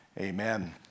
Amen